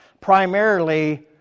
primarily